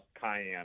Cayenne